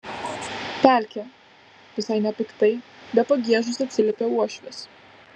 pelkė visai nepiktai be pagiežos atsiliepė uošvis